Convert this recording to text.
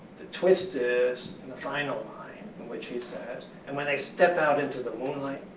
the twist is in the final line in which he says, and when they stepped out into the moonlight,